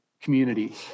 community